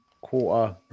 quarter